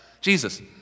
Jesus